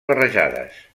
barrejades